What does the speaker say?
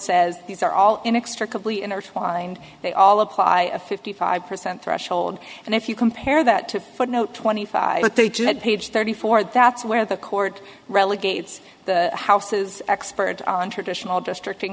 says these are all inextricably intertwined they all apply a fifty five percent threshold and if you compare that to footnote twenty page thirty four that's where the court relegates the house's expert on traditional district and